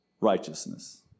righteousness